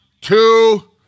Two